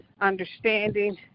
understanding